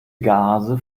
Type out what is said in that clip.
gase